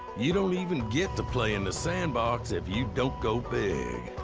you don't even get to play in the sandbox if you don't go big.